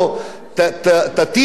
זאת ממשלה קפיטליסטית.